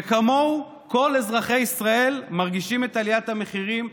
כמוהו כל אזרחי ישראל מרגישים את עליית המחירים.